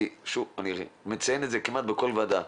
אני מציין את זה כמעט בכל ועדה,